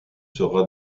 sera